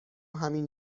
همین